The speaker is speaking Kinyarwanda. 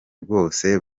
rwose